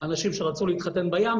אנשים שרצו להתחתן בים,